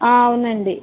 అవునండి